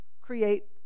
create